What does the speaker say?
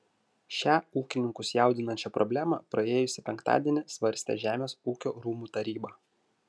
šią ūkininkus jaudinančią problemą praėjusį penktadienį svarstė žemės ūkio rūmų taryba